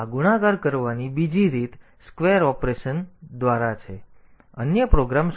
હવે આ ગુણાકાર કરવાની બીજી રીત આ સ્ક્વેર ઑપરેશન બીજા દ્વારા છે આ અન્ય પ્રોગ્રામ સ્ક્વેર છે